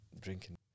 drinking